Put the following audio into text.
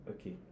Okay